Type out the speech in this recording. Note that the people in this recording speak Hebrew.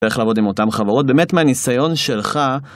ואיך לעבוד עם אותם חברות, באמת מהניסיון שלך.